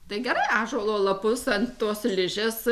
tai gerai ąžuolo lapus ant tos ližes